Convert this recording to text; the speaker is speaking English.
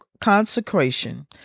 consecration